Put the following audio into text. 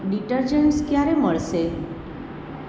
detergents ક્યારે મળશે